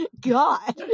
god